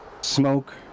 smoke